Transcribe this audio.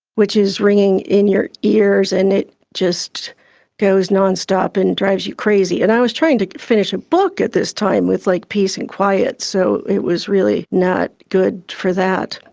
which is a ringing in your ears, and it just goes non-stop and drives you crazy. and i was trying to finish a book at this time, with like peace and quiet, so it was really not good for that.